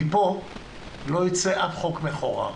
מפה לא יצא אף חוק מחורר.